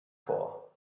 for